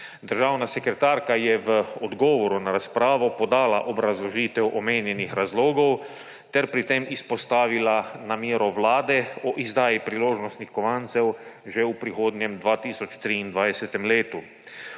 Državna sekretarka je v odgovoru na razpravo podala obrazložitev omenjenih razlogov ter pri tem izpostavila namero Vlade o izdaji priložnostnih kovancev že v prihodnjem 2023. letu.